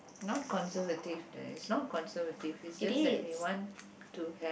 not conservative the it's not conservative it's just that we want to have